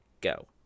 Go